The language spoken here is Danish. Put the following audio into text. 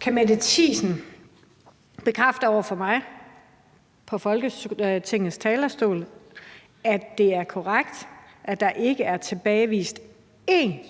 Kan Mette Thiesen bekræfte over for mig på Folketingets talerstol, at det er korrekt, at der ikke er tilbagevist en